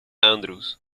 andrews